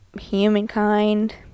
humankind